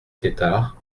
tetart